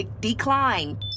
Decline